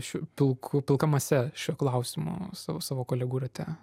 šiu pilku pilka mase šio klausimo savo savo kolegų rate